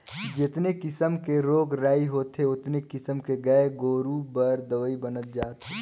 जेतने किसम के रोग राई होथे ओतने किसम के गाय गोरु बर दवई बनत जात हे